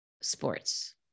sports